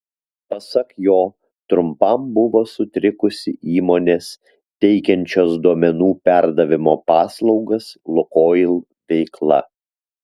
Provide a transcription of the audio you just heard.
pasak jo trumpam buvo sutrikusi įmonės teikiančios duomenų perdavimo paslaugas lukoil veikla